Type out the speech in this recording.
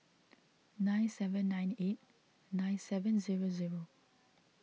nine seven nine eight nine seven zero zero